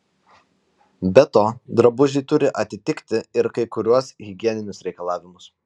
be to drabužiai turi atitikti ir kai kuriuos higieninius reikalavimus